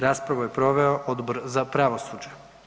Raspravu je proveo Odbor za pravosuđe.